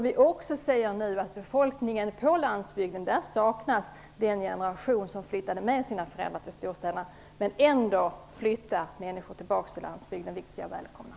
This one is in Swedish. Vi ser nu att i befolkningen på landsbygden saknas den generation som flyttade med sina föräldrar till storstäderna, men ändå flyttar människor tillbaka till landsbygden, vilket jag välkomnar.